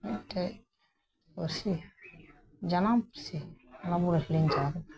ᱢᱤᱫ ᱴᱮᱡ ᱯᱟᱹᱨᱥᱤ ᱡᱟᱱᱟᱢ ᱯᱟᱹᱨᱥᱤ ᱚᱱᱟ ᱵᱚᱱ ᱦᱤᱲᱤᱧ ᱪᱟᱵᱟ ᱠᱮᱫᱟ